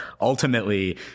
ultimately